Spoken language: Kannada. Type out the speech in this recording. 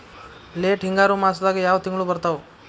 ಲೇಟ್ ಹಿಂಗಾರು ಮಾಸದಾಗ ಯಾವ್ ತಿಂಗ್ಳು ಬರ್ತಾವು?